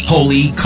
Holy